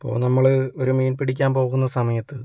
ഇപ്പോൾ നമ്മള് ഒരു മീൻ പിടിക്കാൻ പോകുന്ന സമയത്ത്